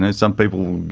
and some people,